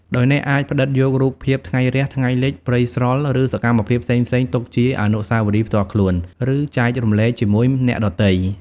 ដោយអ្នកអាចផ្តិតយករូបភាពថ្ងៃរះ ថ្ងៃលិច ព្រៃស្រល់ ឬសកម្មភាពផ្សេងៗទុកជាអនុស្សាវរីយ៍ផ្ទាល់ខ្លួន ឬចែករំលែកជាមួយអ្នកដទៃ។